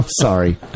sorry